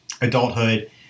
adulthood